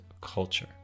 culture